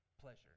Pleasure